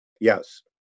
Yes